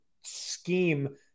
scheme